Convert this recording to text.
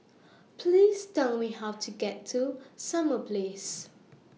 Please Tell Me How to get to Summer Place